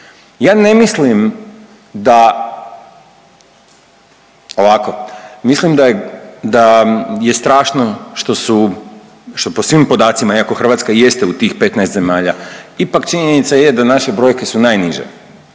ovako, mislim da je strašno što su, što po svim podacima iako Hrvatska jeste u tih 15 zemalja ipak činjenica je da naši projekti su najniže,